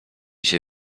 się